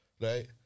right